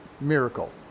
miracle